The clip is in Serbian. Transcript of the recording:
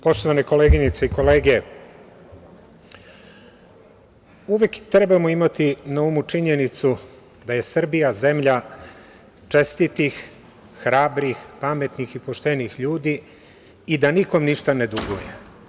Poštovane koleginice i kolege, uvek treba imati na umu činjenicu da je Srbija zemlja čestitih, hrabrih, pametnih i poštenih ljudi i da nikom ništa ne duguje.